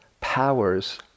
powers